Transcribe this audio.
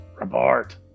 Report